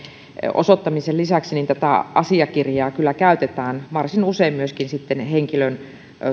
osoittamisen lisäksihän tätä asiakirjaa kyllä käytetään varsin usein myöskin henkilön